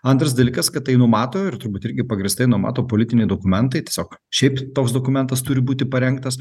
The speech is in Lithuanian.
antras dalykas kad tai numato ir turbūt irgi pagrįstai numato politiniai dokumentai tiesiog šiaip toks dokumentas turi būti parengtas